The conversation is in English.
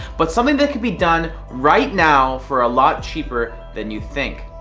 but something that could be done right now for a lot cheaper than you think.